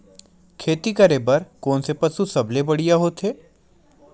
खेती करे बर कोन से पशु सबले बढ़िया होथे?